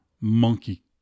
monkey